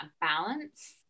balance